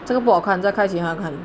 这个不好看这看起来很